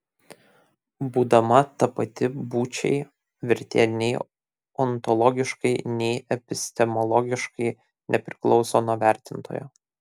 būdama tapati būčiai vertė nei ontologiškai nei epistemologiškai nepriklauso nuo vertintojo